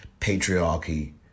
patriarchy